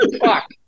fuck